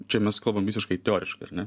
čia mes kalbam visiškai teoriškai ar ne